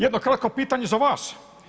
Jedno kratko pitanje za vas.